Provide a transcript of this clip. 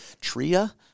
Tria